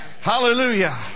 Hallelujah